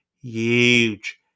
Huge